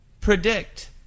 predict